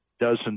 dozens